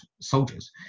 soldiers